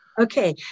Okay